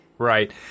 Right